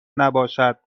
نباشد